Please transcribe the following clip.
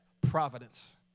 Providence